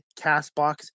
CastBox